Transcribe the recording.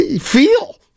feel